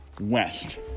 west